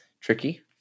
Tricky